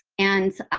and